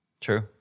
true